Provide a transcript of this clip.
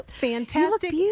fantastic